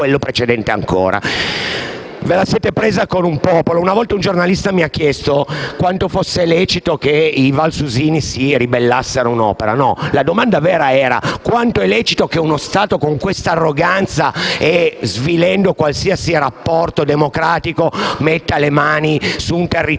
Ve la siete presa con un popolo. Una volta un giornalista mi ha chiesto quanto fosse lecito che i valsusini si ribellassero a un'opera. Ma la domanda vera sarebbe stata: quanto è lecito che uno Stato con arroganza e svilendo qualsiasi rapporto democratico metta le mani su un territorio